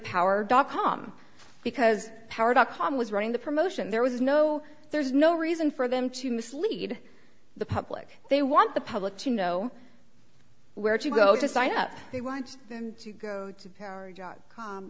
power dot com because power dot com was running the promotion there was no there's no reason for them to mislead the public they want the public to know where to go to sign up they want them to go to p